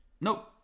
Nope